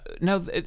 no